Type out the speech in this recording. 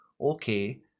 Okay